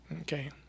Okay